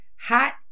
hot